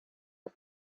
but